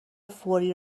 فوری